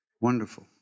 wonderful